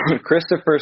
Christopher